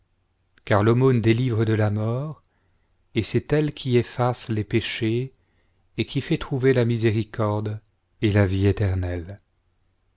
car l'aumône délivre de la mort et c'est elle qui efface les péchés et qui fait trouver la miséricorde et la vie éternelle